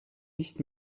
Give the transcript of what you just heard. nicht